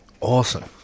awesome